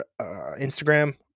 Instagram